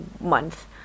Month